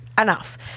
enough